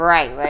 Right